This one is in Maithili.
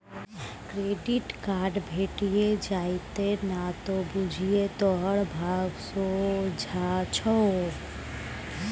क्रेडिट कार्ड भेटि जेतउ न त बुझिये तोहर भाग सोझ छौ